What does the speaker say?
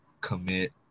commit